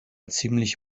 ziemlich